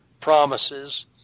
promises